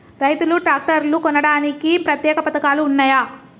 రైతులు ట్రాక్టర్లు కొనడానికి ప్రత్యేక పథకాలు ఉన్నయా?